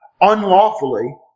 unlawfully